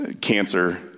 cancer